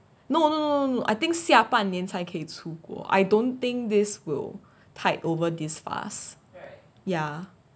no no no no no I think 下半年才可以出国 I don't think this will tide over this fast ya